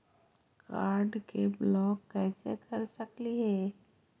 Card के block कैसे कर सकली हे?